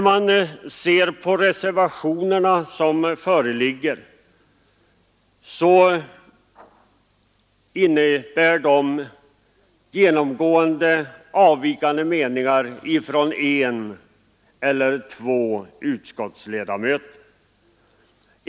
Reservationerna som föreligger innebär genomgående avvikande meningar från bara en eller två utskottsledamöter.